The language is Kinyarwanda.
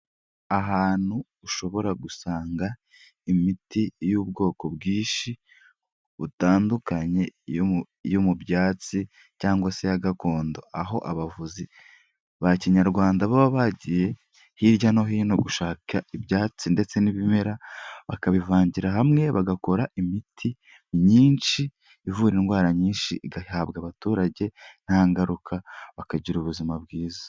Ahantu ushobora gusanga imiti y'ubwoko bwinshi butandukanye yo mu byatsi cyangwa se ya gakondo, aho abavuzi ba kinyarwanda baba bagiye hirya no hino gushaka ibyatsi ndetse n'ibimera, bakabivangira hamwe bagakora imiti myinshi ivura indwara nyinshi, igahabwa abaturage nta ngaruka bakagira ubuzima bwiza.